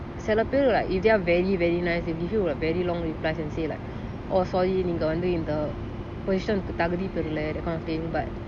like சில பெரு:silla peru if there are very very nice they give you a very long replies and say like oh sorry நீங்க வந்து இந்த:nenga vanthu intha position கு தகுதி பேரலை:ku thaguthi pearala that kind of thing but